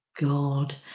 God